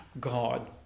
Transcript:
God